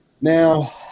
Now